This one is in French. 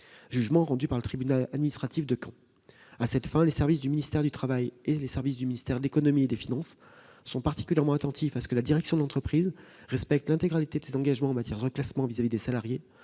jugement du tribunal administratif de Caen le 8 novembre dernier. À cette fin, les services du ministère du travail et les services du ministère de l'économie et des finances sont particulièrement attentifs à ce que la direction de l'entreprise respecte l'intégralité de ses engagements en matière de reclassement vis-à-vis des salariés